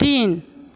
तीन